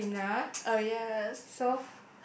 oh yes